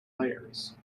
layers